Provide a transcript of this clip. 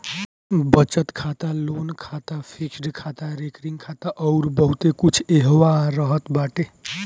बचत खाता, लोन खाता, फिक्स्ड खाता, रेकरिंग खाता अउर बहुते कुछ एहवा रहत बाटे